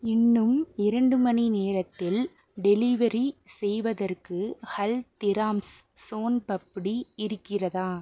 இன்னும் இரண்டு மணி நேரத்தில் டெலிவரி செய்வதற்கு ஹல்திராம்ஸ் சோன் பப்டி இருக்கிறதா